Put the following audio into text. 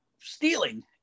stealing